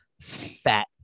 Fat